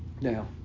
Now